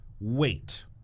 wait